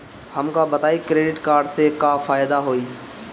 हमका बताई credit card से का फायदा होई?